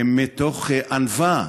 מתוך ענווה,